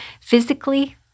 physically